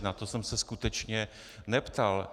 Na to jsem se skutečně neptal.